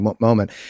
moment